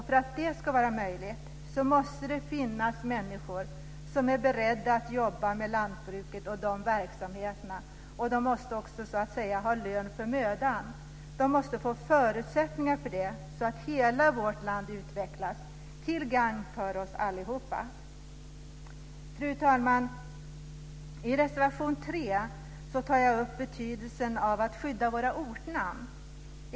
För att det ska vara möjligt måste det finnas människor som är beredda att jobba med lantbruket och dess verksamheter. De måste också ha lön för mödan. De måste få förutsättningar för det så att hela vårt land utvecklas, till gagn för oss allihop. Fru talman! I reservation 3 tar jag upp betydelsen av att skydda våra ortnamn.